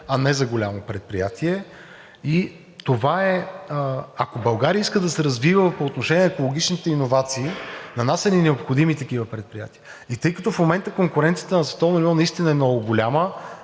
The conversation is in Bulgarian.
а не за голямо предприятие. Ако България иска да се развива по отношение екологичните иновации, на нас са ни необходими такива предприятия. И тъй като в момента конкуренцията на световно ниво наистина е много голяма,